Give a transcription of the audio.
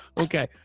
okay.